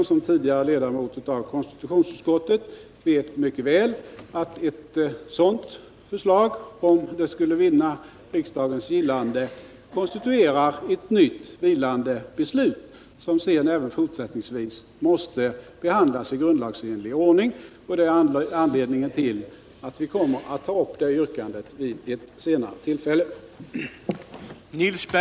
Som tidigare ledamot av konstitutionsutskottet vet Nils Berndtson mycket väl att ett sådant förslag skulle — om det skulle vinna riksdagens gillande — konstituera ett nytt vilande beslut, som sedan även fortsättningsvis måste behandlas i grundlagsenlig ordning. Detta är anledningen till att vi kommer att ta upp det yrkandet vid ett senare tillfälle.